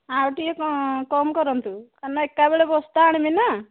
ଆଉ ଟିକିଏ କମ୍ କରନ୍ତୁ କାହିଁକିନା ଏକାବେଳେ ବସ୍ତା ଆଣିବିନା